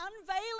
unveiling